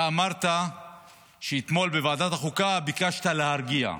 אתה אמרת שאתמול בוועדת החוקה ביקשת להרגיע.